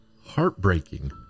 heartbreaking